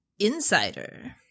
insider